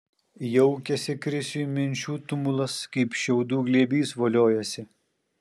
jaukiasi krisiui minčių tumulas kaip šiaudų glėbys voliojasi